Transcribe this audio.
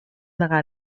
negar